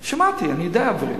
שמעתי, אני יודע עברית.